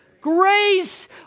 Grace